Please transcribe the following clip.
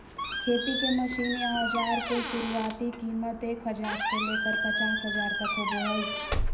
खेती के मशीन या औजार के शुरुआती कीमत एक हजार से लेकर पचास हजार तक होबो हय